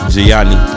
Gianni